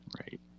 Right